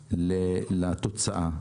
לתוצאה.